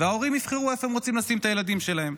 וההורים יבחרו איפה הם רוצים לשים את הילדים שלהם.